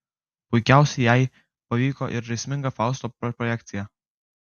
puikiausiai jai pavyko ir žaisminga fausto projekcija